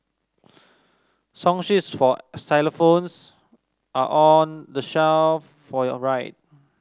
song sheets for xylophones are on the shelf for your right